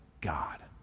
God